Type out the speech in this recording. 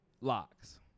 locks